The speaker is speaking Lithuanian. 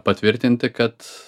patvirtinti kad